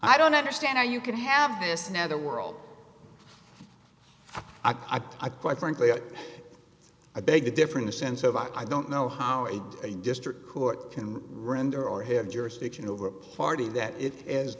i don't understand how you could have this netherworld i quite frankly i beg to differ in the sense of i don't know how a district court can render or have jurisdiction over a party that is dis